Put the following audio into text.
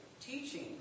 teaching